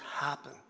happen